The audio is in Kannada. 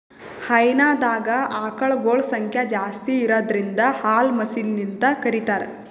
ಹೈನಾದಾಗ್ ಆಕಳಗೊಳ್ ಸಂಖ್ಯಾ ಜಾಸ್ತಿ ಇರದ್ರಿನ್ದ ಹಾಲ್ ಮಷಿನ್ಲಿಂತ್ ಕರಿತಾರ್